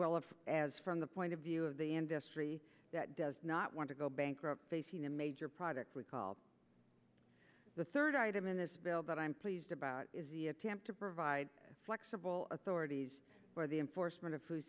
of as from the point of view of the industry that does not want to go bankrupt facing a major product recall the third item in this bill but i'm pleased about is the attempt to provide flexible authorities for the enforcement of food